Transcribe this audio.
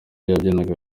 yabyinaga